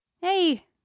Hey